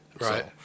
Right